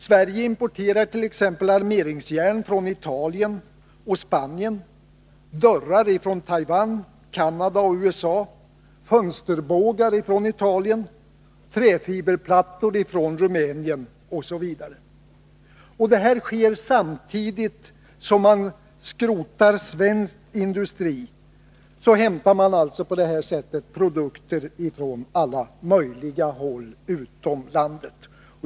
Sverige importerar t.ex. armeringsjärn från Italien och Spanien, dörrar från Taiwan, Canada och USA, fönsterbågar från Italien, träfiberplattor från Rumänien osv. Samtidigt som man skrotar svensk industri hämtar man alltså på detta sätt produkter från alla möjliga håll utom landet.